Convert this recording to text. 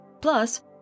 Plus